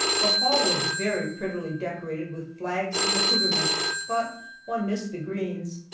the hall was very prettily decorated with flags and accoutrements, but one missed the greens.